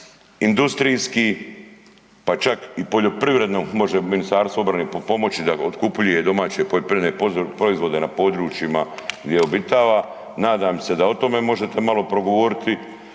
industrijski, pa čak i poljoprivredno, može Ministarstvo obrane pripomoći da otkupljuje domaće poljoprivredne proizvode na područjima gdje obitava. Nadam se da o tome možete malo progovoriti,